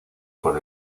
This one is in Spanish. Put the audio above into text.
por